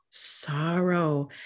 sorrow